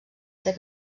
ser